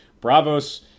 Bravos